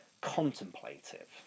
contemplative